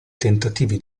tentativi